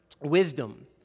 wisdom